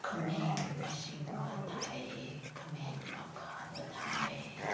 ꯈꯥꯃꯦꯟ ꯑꯁꯤꯟꯕ ꯊꯥꯏꯌꯦ ꯈꯥꯃꯦꯟ ꯑꯈꯥꯕ ꯊꯥꯏ